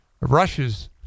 rushes